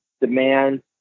demand